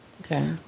okay